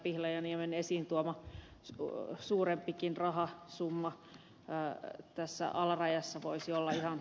pihlajaniemen esiin tuoma suurempikin rahasumma tässä alarajassa voisi olla ja